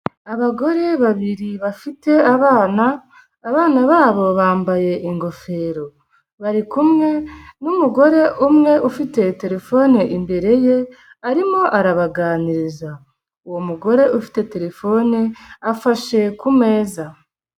Abagore babiri bafite abana, abana babo bambaye ingofero. Bari kumwe n'umugore umwe ufite terefone imbere ye, arimo arabaganiriza. Uwo mugore ufite terefone afashe ku meza.